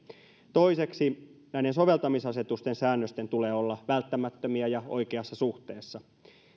toiseksi näiden soveltamisasetusten säännösten tulee olla välttämättömiä ja oikeassa suhteessa